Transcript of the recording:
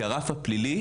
כי הרף הפלילי